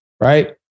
right